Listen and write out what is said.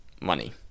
money